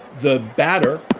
the batter.